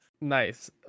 Nice